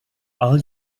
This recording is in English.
all